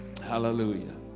Hallelujah